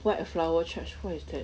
white flower church what is that